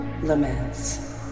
laments